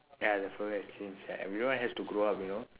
ya the fella has changed ev~ everyone has to grow up you know